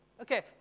Okay